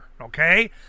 Okay